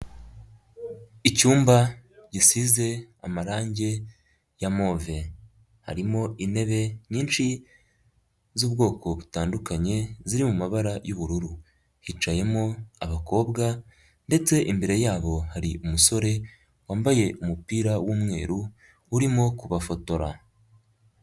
Icyumba gisize amarangi ya move. Harimo intebe nyinshi z'ubwoko butandukanye ziri mumabara y'ubururu. Hicayemo abakobwa ndetse imbere yabo hari umusore wambaye umupira w'umweru urimo kubafotora.